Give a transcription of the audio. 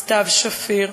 סתיו שפיר,